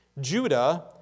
Judah